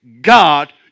God